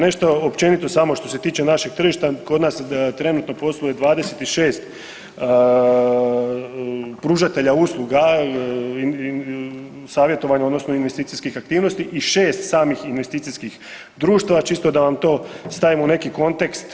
Nešto općenito samo što se tiče našeg tržišta, kod nas trenutno posluje 26 pružatelja usluga savjetovanja odnosno investicijskih aktivnosti i 6 samih investicijskih društava, čisto da vam to stavim u neki kontekst.